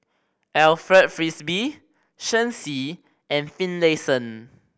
Alfred Frisby Shen Xi and Finlayson